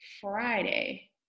friday